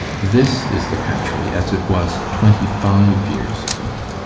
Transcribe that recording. this is the country as it was twenty-five years ago.